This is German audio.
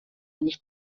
nicht